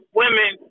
women